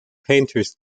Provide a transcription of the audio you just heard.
painters